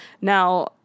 now